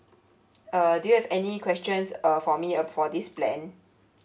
uh do you have any questions uh for me uh for this plan